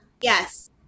yes